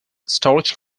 storage